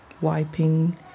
wiping